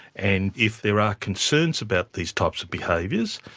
and if there are concerns about these types of behaviours,